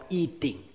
eating